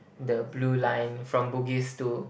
the blue line from Bugis to